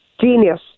genius